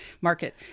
Market